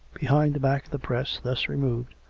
be hind the back of the press, thus removed,